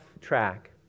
track